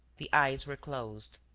the eyes were closed.